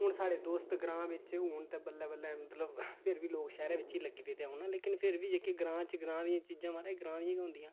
हून साढ़े दोस्त ग्रांऽ बिच हून ते बल्लै बल्लै मतलब फ्ही बी लोक शैह्रें बिच गै लगी पेदे औन लेकिन फ्ही बी जेह्के ग्रांऽ च ग्रांऽ दियां चीजां माराज ग्रांऽ दियां गै होंदियां